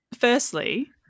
firstly